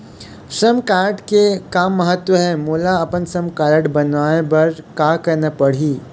श्रम कारड के का महत्व हे, मोला अपन श्रम कारड बनवाए बार का करना पढ़ही?